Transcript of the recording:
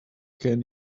can